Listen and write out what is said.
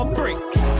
bricks